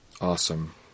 Awesome